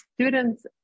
students